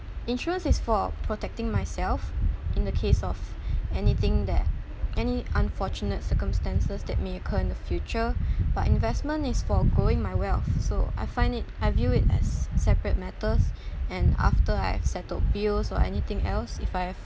insurance is for protecting myself in the case of anything that any unfortunate circumstances that may occur in the future but investment is forgoing my wealth so I find it I view it as separate matters and after I have settled bills or anything else if I have